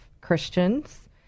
Christians